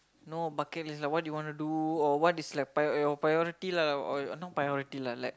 no bucket is like what you wanna do or what is like priority priority your priority lah or not priority lah like